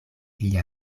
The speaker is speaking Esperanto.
lia